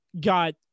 Got